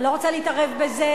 אני לא רוצה להתערב בזה,